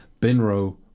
Binro